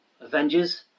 Avengers